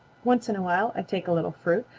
once in a while i take a little fruit,